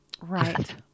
Right